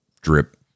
drip